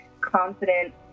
confident